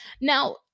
Now